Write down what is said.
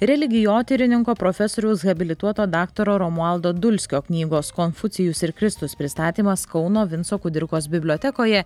religijotyrininko profesoriaus habilituoto daktaro romualdo dulskio knygos konfucijus ir kristus pristatymas kauno vinco kudirkos bibliotekoje